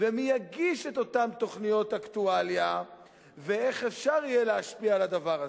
ומי יגיש את אותן תוכניות אקטואליה ואיך אפשר יהיה להשפיע על הדבר הזה.